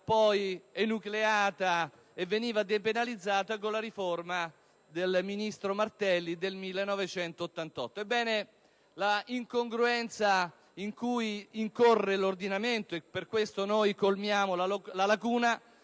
poi enucleata e depenalizzata con la riforma del ministro Martelli del 1988. Ebbene, l'incongruenza in cui incorre l'ordinamento - e per questa ragione intendiamo colmare la lacuna